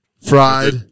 Fried